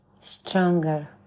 stronger